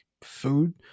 food